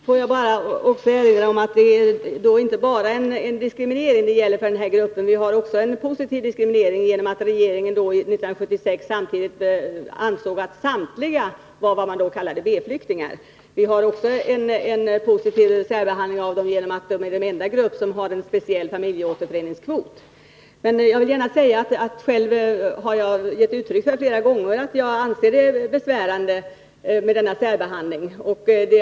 Herr talman! Får jag då erinra om att det när det gäller den här gruppen inte bara är fråga om en negativ diskriminering. 1976, då regeringen sade ifrån att samtliga var s.k. B-flyktingar, gjordes ju en positiv diskriminering. En annan positiv särbehandling består i att de här människorna utgör den enda grupp som har en speciell familjeåterföreningskvot. Själv har jag flera gånger gett uttryck för åsikten att denna särbehandling är besvärande.